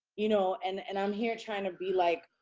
you know, and and i'm here trying to be like,